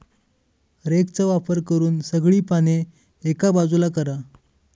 रेकचा वापर करून सगळी पाने एका बाजूला करा